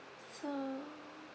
so